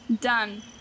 Done